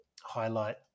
highlight